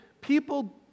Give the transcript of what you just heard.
people